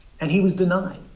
and he was denied.